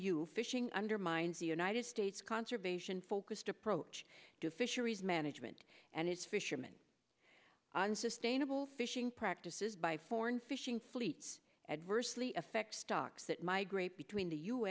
u u fishing undermines the united states conservation focused approach to fisheries management and its fisherman unsustainable fishing practices by foreign fishing fleets adversely affect stocks that migrate between the u